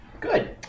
Good